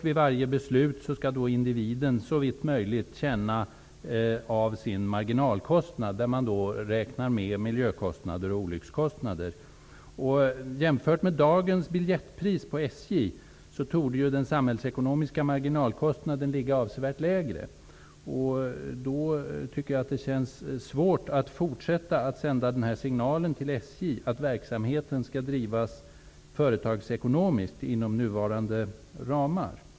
Vid varje beslut skall individen, såvitt möjligt, känna av sin marginalkostnad, i vilken miljökostnader och olyckskostnader är inräknade. Vad beträffar dagens biljettpris på SJ, torde den samhällsekonomiska marginalkostnaden ligga avsevärt lägre. I det läget känns det svårt att fortsätta sända signalen till SJ att verksamheten skall drivas företagsekonomiskt inom nuvarande ramar.